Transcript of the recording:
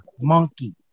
monkey